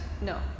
no